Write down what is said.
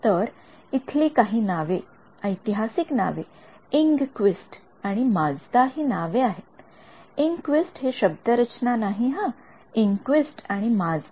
तर इथली काही नावे ऐतिहासिक नावे इंगक्विस्ट आणि माजदा हि नावे आहेत इंगक्विस्ट हि शब्दरचना नाही इंगक्विस्ट आणि माजदा